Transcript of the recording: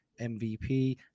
MVP